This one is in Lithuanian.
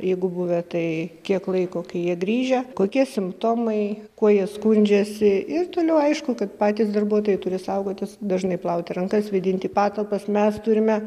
jeigu buvę tai kiek laiko kai jie grįžę kokie simptomai kuo jie skundžiasi ir toliau aišku kad patys darbuotojai turi saugotis dažnai plauti rankas vėdinti patalpas mes turime